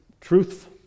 truth